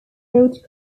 wrote